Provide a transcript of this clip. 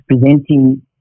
presenting